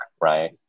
right